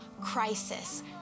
crisis